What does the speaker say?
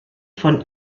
von